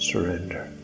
surrender